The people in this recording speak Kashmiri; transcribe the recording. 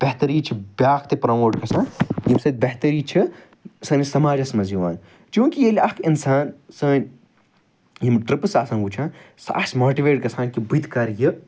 بہتری چھِ بیٛاکھ تہِ پرٛموٹ گَژھان ییٚمہِ سۭتۍ بہتری چھِ سٲنِس سَماجَس مَنٛز یِوان چونٛکہ ییٚلہِ اکھ اِنسان سٲنۍ یِم ٹٕرٛپس آسَن وُچھان سُہ آسہِ ماٹِویٹ گَژھان کہِ بہٕ تہِ کَرٕ یہِ